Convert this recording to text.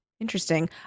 interesting